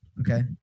Okay